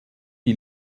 die